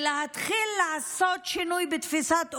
וצריך להתחיל לעשות שינוי בתפיסת העולם,